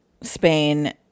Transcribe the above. Spain